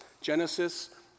Genesis